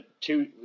Two